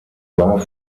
war